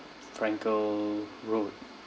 frankel road